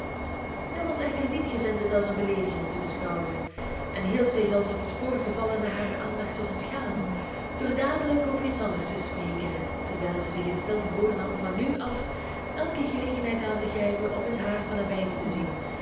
zij was echter niet gezind dit als een beleediging te beschouwen en hield zich alsof het voorgevallene haar aandacht was ontgaan door dadelijk over iets anders te spreken terwijl ze zich in stilte voornam van nu af elke gelegenheid aan te grijpen om het haar van nabij te bezien